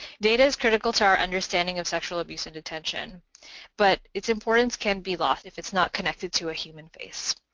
data is critical to our understanding of sexual abuse in detention but its importance can be lost if it's not connected to a human face.